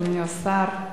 אדוני השר,